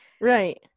Right